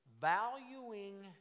valuing